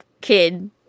kid